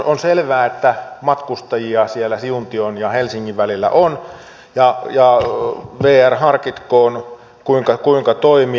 on selvää että matkustajia siuntion ja helsingin välillä on ja vr harkitkoon kuinka toimia